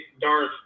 Darth